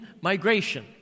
migration